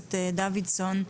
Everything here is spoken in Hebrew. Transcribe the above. הכנסת דוידסון.